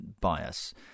bias